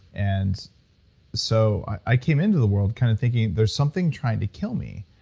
and so i came into the world kind of thinking, there's something trying to kill me.